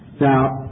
Now